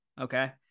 okay